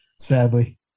Sadly